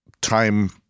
time